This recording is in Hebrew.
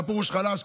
מה פירוש חלש?